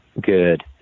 Good